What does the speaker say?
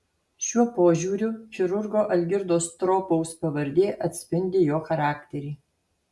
šiuo požiūriu chirurgo algirdo stropaus pavardė atspindi jo charakterį